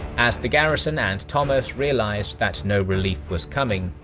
as the garrison and thomas realised that no relief was coming,